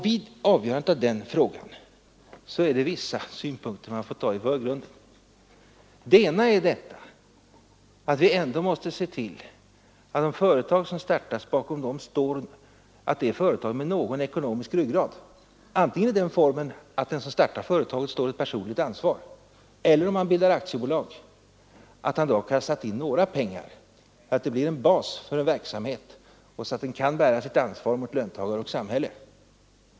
Vid avgörandet av den frågan får man ta hänsyn till vissa synpunkter. Den ena synpunkten är att det bakom de företag som startas måste finnas en ekonomisk ryggrad, antingen i den formen att grundaren har personligt ansvar eller, om man bildar aktiebolag, att han sätter in litet pengar, bildar en bas för verksamheten och kan ta sitt ansvar mot löntagare och samhälle.